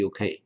UK